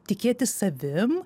tikėti savim